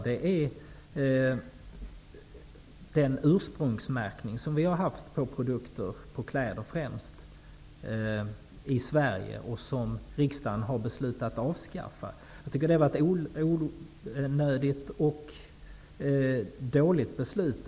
Det är den ursprungsmärkning som vi har haft på produkter, främst kläder, i Sverige. Den har riksdagen beslutat avskaffa. Jag tycker att det var ett onödigt och dåligt beslut.